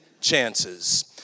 Chances